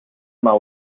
más